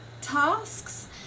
tasks